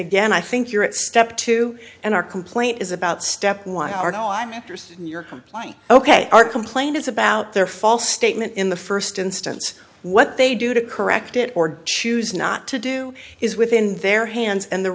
again i think you're at step two and our complaint is about step why are no i'm interested in your complying ok our complaint is about their false statement in the first instance what they do to correct it or do choose not to do is within their hands and the